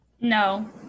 No